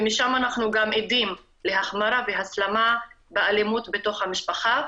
משם אנחנו גם עדים להחמרה והסלמה באלימות בתוך המשפחה.